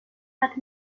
had